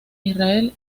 israel